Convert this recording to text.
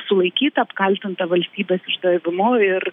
sulaikyta apkaltinta valstybės išdavimu ir